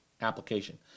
application